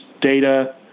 data